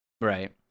Right